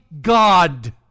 God